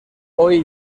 hoy